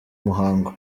muhango